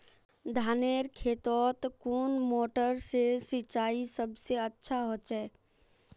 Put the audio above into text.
धानेर खेतोत कुन मोटर से सिंचाई सबसे अच्छा होचए?